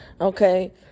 Okay